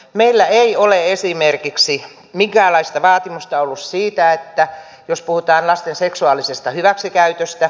meillä ei ole esimerkiksi minkäänlaista vaatimusta ollut siitä jos puhutaan lasten seksuaalisesta hyväksikäytöstä